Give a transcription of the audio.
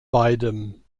beidem